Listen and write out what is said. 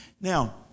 Now